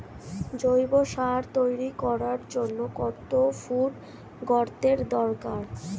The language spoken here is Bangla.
জৈব সার তৈরি করার জন্য কত ফুট গর্তের দরকার?